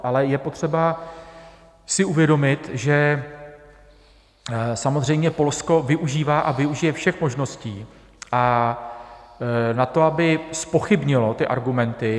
Ale je potřeba si uvědomit, že samozřejmě Polsko využívá a využije všech možností na to, aby zpochybnilo ty argumenty.